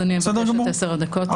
אני אבקש את 10 הדקות האלה.